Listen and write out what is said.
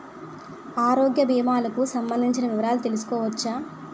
ఆరోగ్య భీమాలకి సంబందించిన వివరాలు తెలుసుకోవచ్చా?